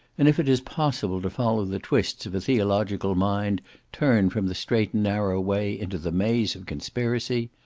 and if it is possible to follow the twists of a theological mind turned from the straight and narrow way into the maze of conspiracy,